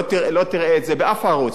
לא תראה את זה באף ערוץ,